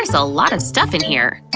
um so a lot of stuff in here.